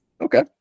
okay